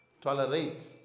tolerate